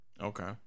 Okay